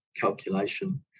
calculation